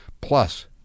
Plus